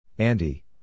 Andy